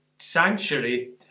sanctuary